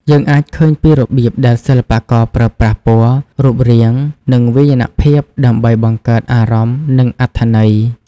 យើងអាចឃើញពីរបៀបដែលសិល្បករប្រើប្រាស់ពណ៌ រូបរាង និងវាយនភាពដើម្បីបង្កើតអារម្មណ៍ និងអត្ថន័យ។